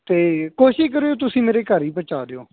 ਅਤੇ ਕੋਸ਼ਿਸ਼ ਕਰਿਓ ਤੁਸੀਂ ਮੇਰੇ ਘਰ ਹੀ ਪਹੁੰਚਾ ਦਿਓ